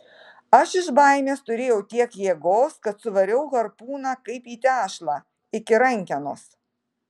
aš iš baimės turėjau tiek jėgos kad suvariau harpūną kaip į tešlą iki rankenos